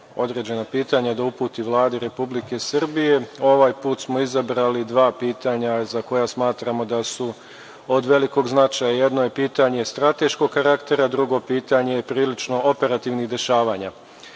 određena pitanja da uputi Vladi Republike Srbije. Ovaj put smo izabrali dva pitanja za koja smatramo da su od velikog značaja. Jedno je pitanje strateškog karaktera. Drugo pitanje je prilično operativnih dešavanja. Trenutno